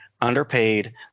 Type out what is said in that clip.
underpaid